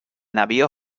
navío